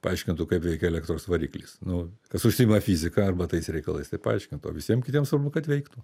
paaiškintų kaip veikia elektros variklis nu kas užsiima fizika arba tais reikalais tai paaiškintų o visiem kitiem svarbu kad veiktų